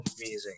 amazing